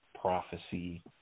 prophecy